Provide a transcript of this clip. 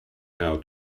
how